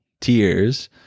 tears